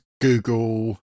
Google